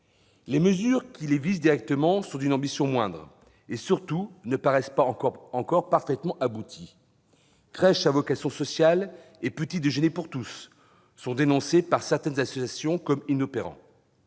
Les mesures qui les visent directement sont d'une ambition moindre et, surtout, ne paraissent pas encore parfaitement abouties : crèches à vocation sociale et « petit-déjeuner pour tous » sont dénoncés par certaines associations comme inopérants.